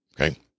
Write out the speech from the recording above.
Okay